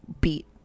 beat